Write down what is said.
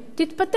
תתפטר.